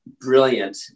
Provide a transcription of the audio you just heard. brilliant